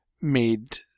made